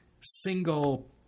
single